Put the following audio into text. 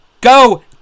Go